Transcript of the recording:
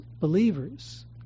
believers